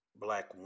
black